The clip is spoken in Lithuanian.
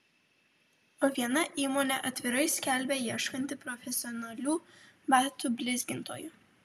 o viena įmonė atvirai skelbia ieškanti profesionalių batų blizgintojų